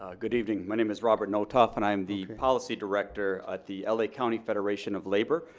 ah good evening. my name is robert nothoff, and i am the policy director at the l a. county federation of labor.